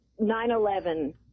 9-11